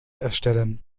erstellen